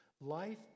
Life